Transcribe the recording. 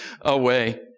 away